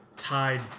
tied